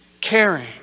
Caring